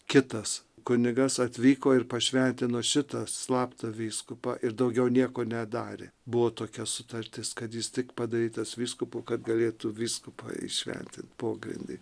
kitas kunigas atvyko ir pašventino šitą slaptą vyskupą ir daugiau nieko nedarė buvo tokia sutartis kad jis tik padarytas vyskupu kad galėtų vyskupą įšventint pogrindy